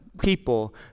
people